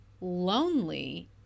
lonely